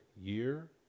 year